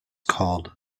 called